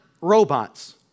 robots